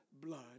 blood